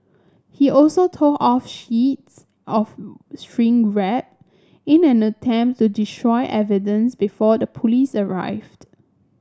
he also tore off sheets of shrink wrap in an attempt to destroy evidence before the police arrived